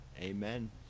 Amen